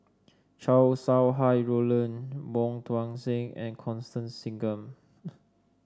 Chow Sau Hai Roland Wong Tuang Seng and Constance Singam